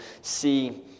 see